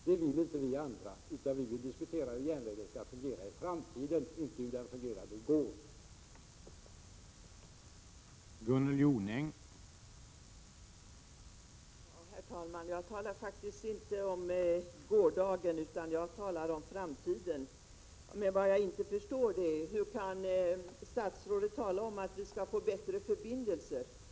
Det vill inte vi andra, utan vi vill diskutera hur järnvägen skall fungera i framtiden, inte hur den fungerade i går.